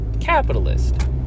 capitalist